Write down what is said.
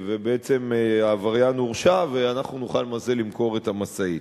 בעצם העבריין הורשע, ואנחנו נוכל למכור את המשאית.